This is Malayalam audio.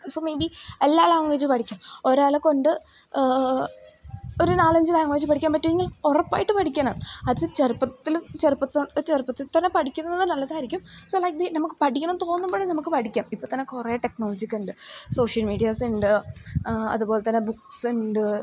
സോ മേയ് ബി എല്ലാ ലാംഗ്വേജ് പഠിക്കും ഒരാളെക്കൊണ്ട് ഒരു നാലഞ്ച് ലാംഗ്വേജ് പഠിക്കാൻ പറ്റുമെങ്കിൽ ഉറപ്പായിട്ട് പഠിക്കണം അത് ചെറുപ്പത്തിൽ ചെറുപ്പത്തിൽ ചെറുപ്പത്തിൽത്തന്നെ പഠിക്കുന്നത് നല്ലതായിരിക്കും സൊ ലൈക് ബി നമുക്ക് പഠിക്കണം തോന്നുമ്പോഴേ നമുക്ക് പഠിക്കാം ഇപ്പോൾത്തന്നെ കുറേ ടെക്നോളജിയൊക്കെ ഉണ്ട് സോഷ്യൽ മീഡിയാസുണ്ട് ആ അതുപോലെതന്നെ ബുക്സുണ്ട്